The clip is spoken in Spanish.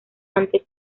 ante